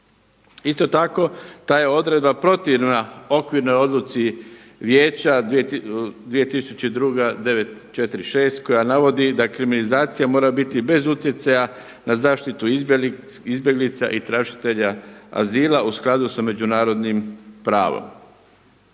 Isto tako, ta je odredba protivna okvirnoj odluci Vijeća 2002/946 koja navodi da kriminalizacija mora biti bez utjecaja na zaštitu izbjeglica i tražitelja azila u skladu sa međunarodnim pravom.